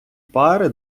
пари